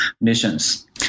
missions